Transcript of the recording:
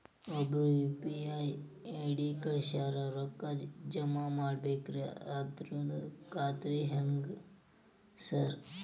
ಒಬ್ರು UPI ID ಕಳ್ಸ್ಯಾರ ರೊಕ್ಕಾ ಜಮಾ ಮಾಡ್ಬೇಕ್ರಿ ಅದ್ರದು ಖಾತ್ರಿ ಹೆಂಗ್ರಿ ಸಾರ್?